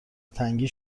تنگی